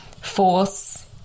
Force